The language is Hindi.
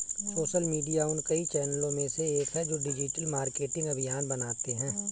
सोशल मीडिया उन कई चैनलों में से एक है जो डिजिटल मार्केटिंग अभियान बनाते हैं